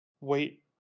wait